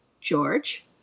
George